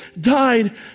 died